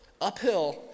uphill